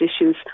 issues